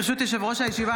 ברשות יושב-ראש הישיבה,